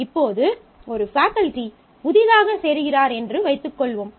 இப்போது ஒரு ஃபேக்கல்டி புதிதாக சேருகிறார் என்று வைத்துக்கொள்வோம்